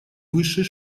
высшей